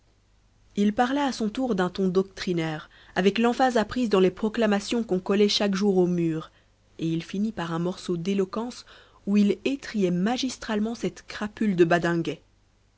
il parla à son tour d'un ton doctrinaire avec l'emphase apprise dans les proclamations qu'on collait chaque jour aux murs et il finit par un morceau d'éloquence où il étrillait magistralement cette crapule de badinguet